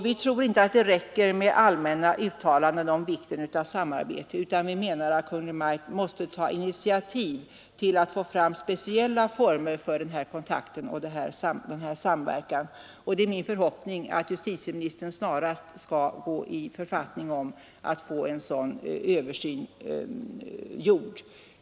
Vi tror inte att det räcker med allmänna uttalanden om vikten av samarbete, utan vi anser att Kungl. Maj:t måste ta initiativ för att få fram speciella former för den här kontakten och samverkan. Det är min förhoppning att justitieministern snarast skall gå i författning om att få en sådan översyn gjord.